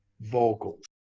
vocals